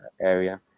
area